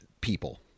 people